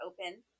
open